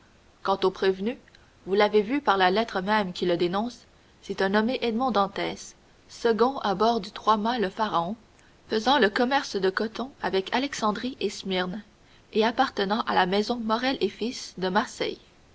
quant au prévenu vous l'avez vu par la lettre même qui le dénonce c'est un nommé edmond dantès second à bord du trois-mâts le pharaon faisant le commerce de coton avec alexandrie et smyrne et appartenant à la maison morrel et fils de marseille